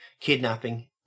kidnapping